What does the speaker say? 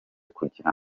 kugira